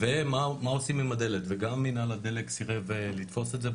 ומה עושים עם הדלק וגם מנהל הדלק סירב לתפוס את זה,